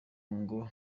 ngo